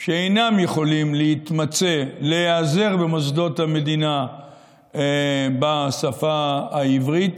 שאינם יכולים להתמצא להיעזר במוסדות המדינה בשפה העברית,